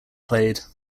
played